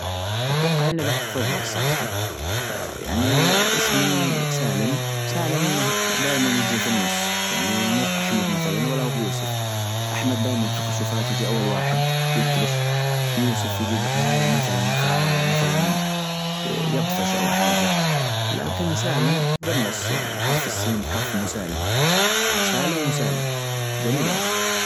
أتوقع إني بحتفظ به الصراحة، يعني أسمي سالم، سالم دايما يجي في النص، يعني مو بأحمد مثلا ولا هو بيوسف، أحمد دايما في كشوفات يچي أول واحد يبتلش، يوسف يچي بالنهاية مثلا فمثلا يطفش او حاچة، لكن سالم بالنص يعني حرف السين حرف مسالم. سالم مسالم، چميلة والله.